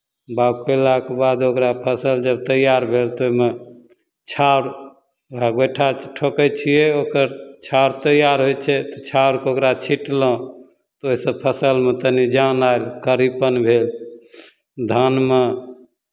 बाउग कयलाके बाद ओकरा फसल जब तैयार भेल तऽ ओहिमे छाउर आ गोइठा ठोकै छियै ओकर छाउर तैयार होइ छै तऽ छाउरके ओकरा छिटलहुँ तऽ ओहिसँ फसलमे तनि जान आयल कारीपन भेल धानमे